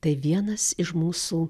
tai vienas iš mūsų